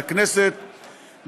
לכנסת,